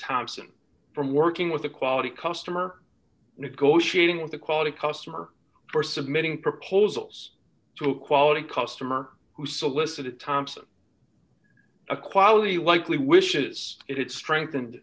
thompson from working with a quality customer negotiating with the quality customer or submitting proposals to quality customer who solicited thompson a quality likely wishes it strengthened